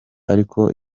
ariko